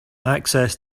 access